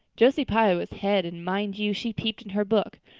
josie pye was head and, mind you, she peeped in her book.